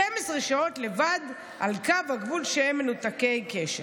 12 שעות לבד על קו הגבול, שהם מנותקי קשר.